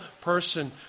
person